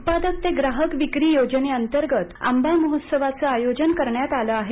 उत्पादक ते ग्राहक थेट विक्री योजनेअंतर्गत आंबा महोत्सवाचं आयोजन करण्यात आले आहे